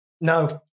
no